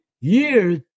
years